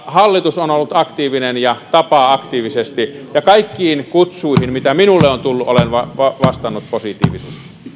hallitus on on ollut aktiivinen ja tapaa osapuolia aktiivisesti ja kaikkiin kutsuihin mitä minulle on tullut olen vastannut positiivisesti